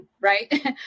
right